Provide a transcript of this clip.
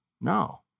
No